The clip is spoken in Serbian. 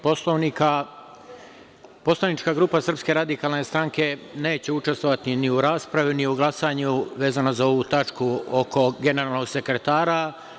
Poslovnika, poslanička grupa SRS neće učestvovati ni u raspravi, ni u glasanju vezano za ovu tačku oko generalnog sekretara.